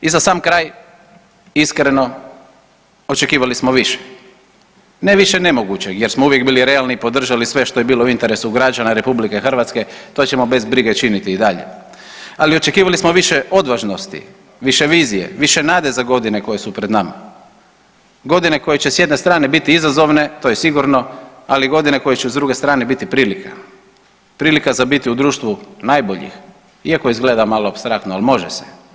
I za sam kraj, iskreno očekivali smo više, ne više nemoguće jer smo uvijek bili realni i podržali sve što je bilo u interesu građana RH to ćemo bez brige činiti i dalje, ali očekivali smo više odvažnosti, više vizije, više nade za godine koje su pred nama, godine koje će s jedne strane biti izazovne to je sigurno, ali godine koje će s druge strane biti prilika, prilika za biti u društvu najboljih, iako izgleda malo apstraktno, ali može se.